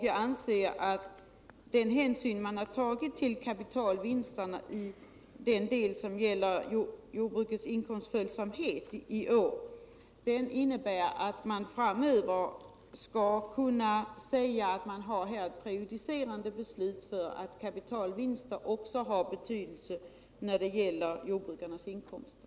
Jag anser att den hänsyn man tagit till kapitalvinsterna i den del som gäller jordbrukets inkomstföljsamhet i år innebär att man framöver skall kunna säga att man här har ett prejudicerande beslut för att kapitalvinster också är av betydelse när det gäller jordbrukarnas inkomster.